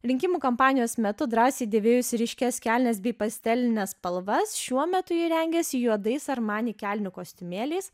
rinkimų kampanijos metu drąsiai dėvėjusi ryškias kelnes bei pastelines spalvas šiuo metu ji rengiasi juodais armani kelnių kostiumėliais